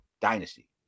dynasty